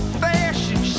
fashion